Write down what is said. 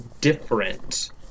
different